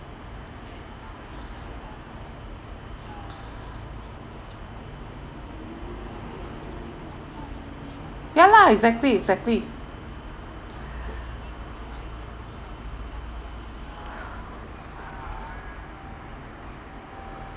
ya lah exactly exactly